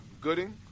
Gooding